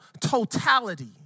totality